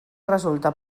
resulta